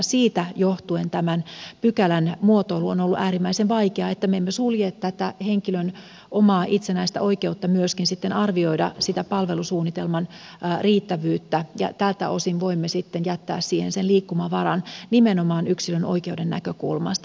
siitä johtuen tämän pykälän muotoilu on ollut äärimmäisen vaikeaa niin että me emme sulje tätä henkilön omaa itsenäistä oikeutta arvioida sitä palvelusuunnitelman riittävyyttä ja tältä osin voimme jättää siihen sen liikkumavaran nimenomaan yksilön oikeuden näkökulmasta